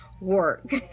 work